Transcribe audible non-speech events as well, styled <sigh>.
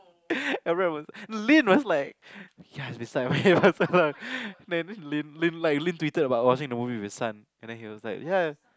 <laughs> everyone was like Lynn was like yeah he's beside me <laughs> for so long then this Lynn like Lynn tweeted about watching a movie with her son and then he was like yeah